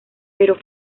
pero